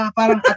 Parang